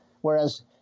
Whereas